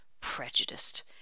Prejudiced